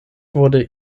wurde